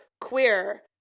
queer